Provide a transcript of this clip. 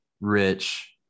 rich